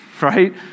right